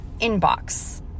inbox